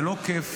זה לא כיף,